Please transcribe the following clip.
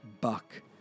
buck